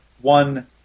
one